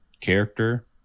character